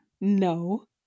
No